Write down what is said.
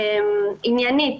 עניינית.